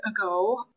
ago